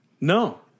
no